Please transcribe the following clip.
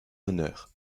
honneur